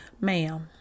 Ma'am